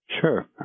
Sure